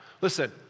Listen